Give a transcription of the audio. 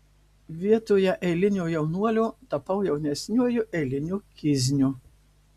vietoje eilinio jaunuolio tapau jaunesniuoju eiliniu kizniu